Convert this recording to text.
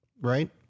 right